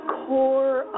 core